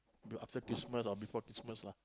be after Christmas or before Christmas lah